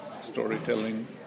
storytelling